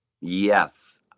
Yes